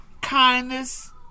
kindness